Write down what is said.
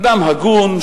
אדם הגון,